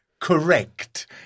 correct